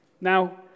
Now